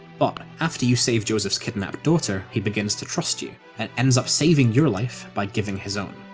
but after you save josef's kidnapped daughter he begins to trust you, and ends up saving your life by giving his own.